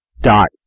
dot